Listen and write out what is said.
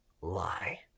lie